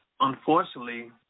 unfortunately